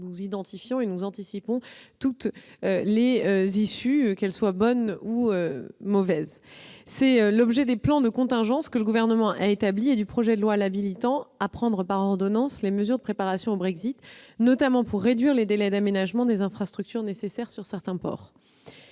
Nous identifions et anticipons donc toutes les hypothèses. Tel est l'objet des plans de contingence que le Gouvernement a établis et du projet de loi l'habilitant à prendre par ordonnances les mesures de préparation au Brexit, notamment pour réduire les délais d'aménagement des infrastructures nécessaires dans certains ports.